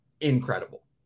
incredible